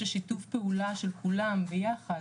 איזשהו שיתוף פעולה של כולם ביחד,